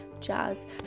Jazz